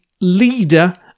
leader